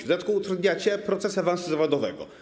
W dodatku utrudnianie proces awansu zawodowego.